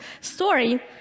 story